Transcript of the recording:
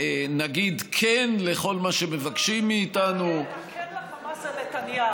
נגיד "כן" לכל מה שמבקשים מאיתנו ה"כן" לחמאס זה נתניהו.